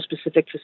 specific